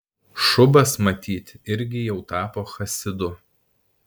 šubas matyt irgi jau tapo chasidu